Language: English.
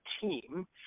team